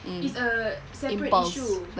is a separate issue